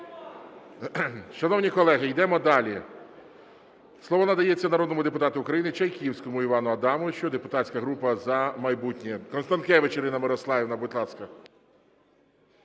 Шановні колеги, йдемо далі. Слово надається народному депутату України Чайківському Івану Адамовичу, депутатська група "Партія "За майбутнє". Констанкевич Ірина Мирославівна, будь ласка.